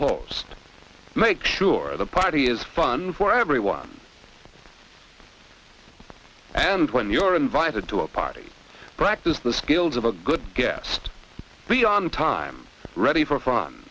hopes make sure the party is fun for everyone and when you are invited to a party practice the skills of a good guest be on time ready for fun